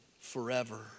forever